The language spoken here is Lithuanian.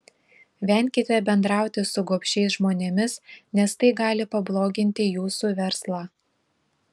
venkite bendrauti su gobšiais žmonėmis nes tai gali pabloginti jūsų verslą